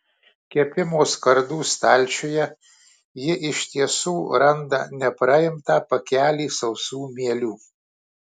kepimo skardų stalčiuje ji iš tiesų randa nepraimtą pakelį sausų mielių